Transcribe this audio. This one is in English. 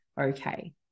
okay